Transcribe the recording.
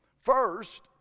First